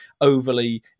overly